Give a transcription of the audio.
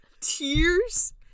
tears